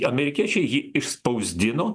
amerikiečiai jį išspausdino